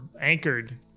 anchored